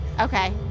Okay